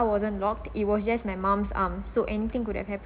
wasn't locked it was just my mum's arm so anything could have happen